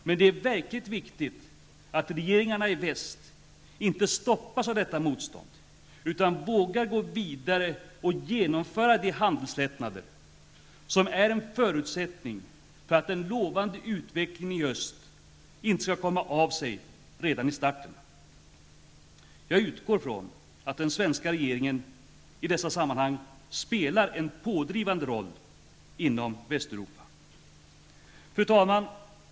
Men det är verkligt viktigt att regeringarna i väst inte stoppas av detta motstånd, utan vågar gå vidare och genomföra de handelslättnader som är en förutsättning för att en lovande utveckling i öst inte skall komma av sig redan i starten. Jag utgår från att den svenska regeringen i dessa sammanhang spelar en pådrivande roll inom Fru talman!